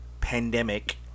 pandemic